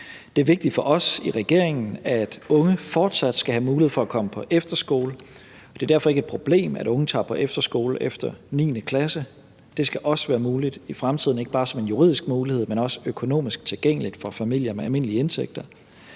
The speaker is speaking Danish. Det er vigtigt for os i regeringen, at unge fortsat skal have mulighed for at komme på efterskole. Det er derfor ikke et problem, at unge tager på efterskole efter 9. klasse. Det skal også være muligt i fremtiden, ikke bare som en juridisk mulighed, men det skal også være også økonomisk tilgængeligt for familier med almindelige indtægter.